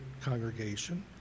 congregation